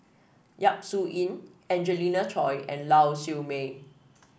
Yap Su Yin Angelina Choy and Lau Siew Mei